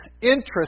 interest